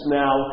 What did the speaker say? now